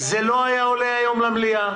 זה לא היה עולה היום למליאה,